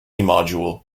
module